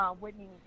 Whitney